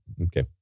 Okay